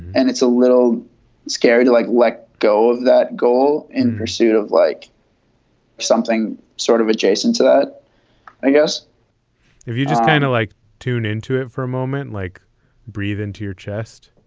and it's a little scary to like let go of that goal in pursuit of like something sort of adjacent to that i guess if you just kind of like tune into it for a moment, like breathe into your chest.